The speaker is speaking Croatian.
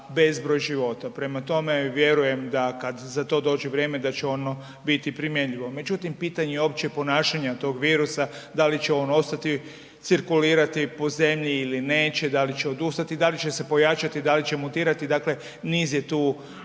bezbroj života. Prema tome, vjerujem da kad za to dođe vrijeme da će ono biti primjenljivo. Međutim, pitanje je uopće ponašanja tog virusa, da li će on ostati cirkulirati po zemlji ili neće, da li će odustati, da li će se pojačati, da li će mutirati, dakle niz je tu odgovora